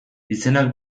izenak